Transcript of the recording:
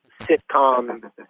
sitcom